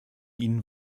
ihnen